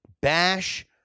bash